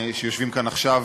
שיושבים כאן עכשיו,